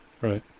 Right